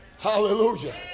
Hallelujah